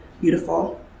beautiful